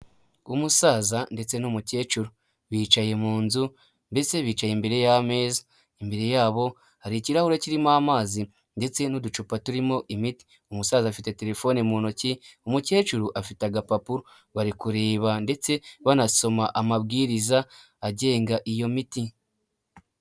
Umusaza ndetse n'umukecuru bicaye mu nzu ndetse bicaye imbere y'ameza. Imbere yabo hari ikirahure kirimo amazi ndetse n'uducupa turimo imiti; umusaza afite terefone mu ntoki, umukecuru afite agapapuro bari kureba ndetse banasoma amabwiriza agenga iyo miti.